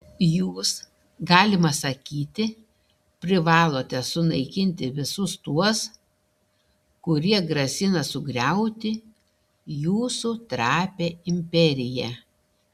jūs galima sakyti privalote sunaikinti visus tuos kurie grasina sugriauti jūsų trapią imperiją